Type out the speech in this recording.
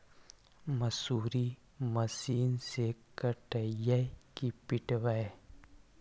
मसुरी मशिन से कटइयै कि पिटबै?